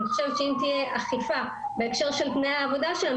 אני חושבת שאם תהיה אכיפה בהקשר של תנאי העובדה שלהם,